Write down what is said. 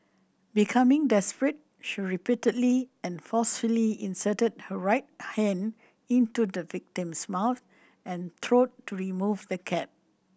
becoming desperate she repeatedly and forcefully inserted her right hand into the victim's mouth and throat to remove the cap